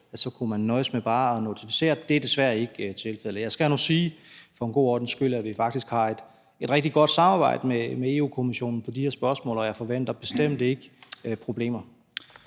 bare kunne nøjes med at notificere. Det er desværre ikke tilfældet. Jeg skal nu sige for god ordens skyld, at vi faktisk har et rigtig godt samarbejde med Europa-Kommissionen om de her spørgsmål, og jeg forventer bestemt ikke problemer.